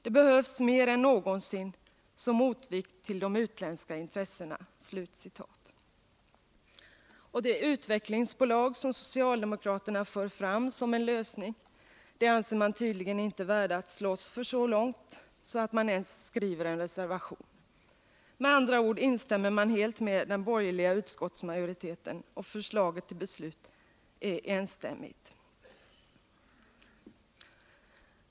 Det behövs mer än någonsin som motvikt till de utländska intressena.” De utvecklingsbolag som socialdemokraterna för fram som en lösning anser man tydligen inte värda att slåss för så långt att man ens skriver en reservation. Med andra ord instämmer man helt med den borgerliga utskottsmajoriteten, och förslaget till beslut är enstämmigt.